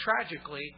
tragically